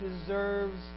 deserves